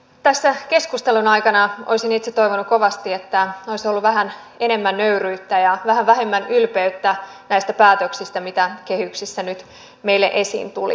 tässä keskustelun aikana olisin itse toivonut kovasti että olisi ollut vähän enemmän nöyryyttä ja vähän vähemmän ylpeyttä näistä päätöksistä mitä kehyksissä nyt meille esiin tuli